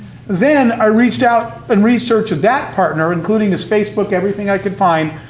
then i reached out and researched that partner, including his facebook, everything i could find,